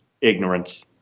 Ignorance